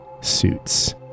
suits